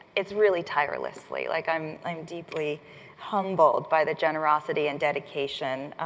it's really tirelessly. like, i'm i'm deeply humbled by the generosity and dedication.